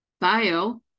Bio